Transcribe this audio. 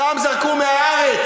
אותם זרקו מהארץ,